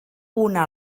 una